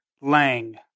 Lang